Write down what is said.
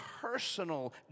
personal